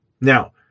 Now